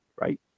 right